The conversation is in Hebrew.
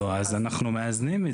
לא, אז אנחנו מאזנים את זה.